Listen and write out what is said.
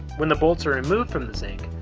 when the bolts are removed from the zinc,